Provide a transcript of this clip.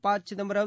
பசிதம்பரம்